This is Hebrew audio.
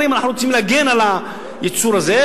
אומרים: אנחנו רוצים להגן על הייצור הזה,